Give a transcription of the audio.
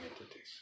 entities